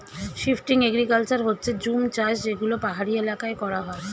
shifting agriculture হচ্ছে জুম চাষ যেগুলো পাহাড়ি এলাকায় করা হয়